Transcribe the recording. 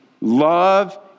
love